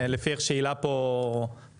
לפי איך שהילה פה זזה,